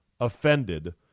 offended